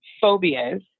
phobias